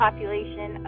Population